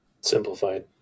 Simplified